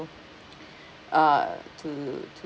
uh to to